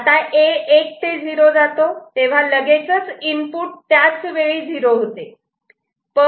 आता A 1 ते 0 जातो तेव्हा लगेचच इनपुट त्याच वेळी 0 होते